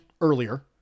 earlier